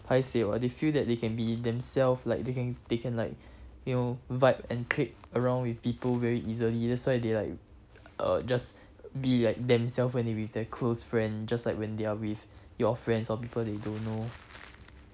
paiseh or they feel that they can be themselves like they can they can like you know vibe and click around with people very easily that's why they are like uh just be like themselves when they're with their close friend just like when they are with your friends or people they don't know